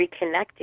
reconnecting